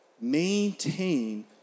maintain